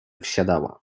wsiadała